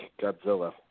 Godzilla